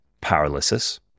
paralysis